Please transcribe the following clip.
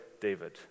David